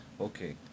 Okay